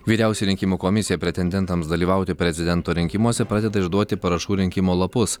vyriausioji rinkimų komisija pretendentams dalyvauti prezidento rinkimuose pradeda išduoti parašų rinkimo lapus